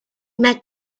met